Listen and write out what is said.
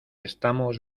estamos